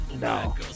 No